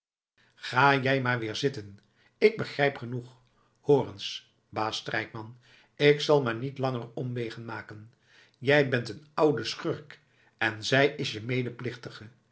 ga jij maar weer zitten ik begrijp genoeg hoor eens baas strijkman ik zal maar niet langer omwegen maken jij bent een oude schurk en zij is je medeplichtige